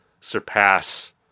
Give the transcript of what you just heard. surpass